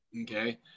okay